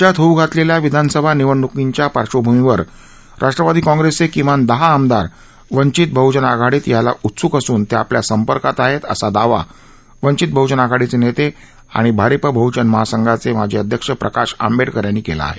राज्यात होऊ घातलेल्या विधानसभा निवडणुकीच्या पार्श्वभूमीवर राष्ट्रवादी काँग्रेसचे किमान दहा आमदार वंचित बहजन आघाडीत यायला उत्सूक असून ते आपल्या संपर्कात आहेत असा दावा वंचित बहजन आघाडीचे नेते आणि भारिप बहजन महासंघाचे माजी अध्यक्ष प्रकाश आंबेडकर यांनी केला आहे